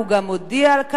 הוא גם הודיע על כך,